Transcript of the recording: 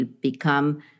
become